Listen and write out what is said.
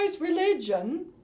religion